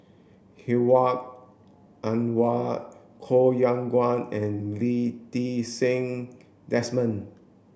Hedwig Anuar Koh Yong Guan and Lee Ti Seng Desmond